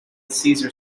cesar